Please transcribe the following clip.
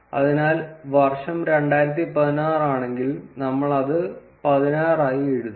അതിനാൽ വർഷം 2016 ആണെങ്കിൽ നമ്മൾ അത് 16 ആയി എഴുതാം